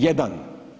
Jedan.